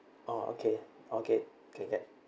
orh okay okay okay can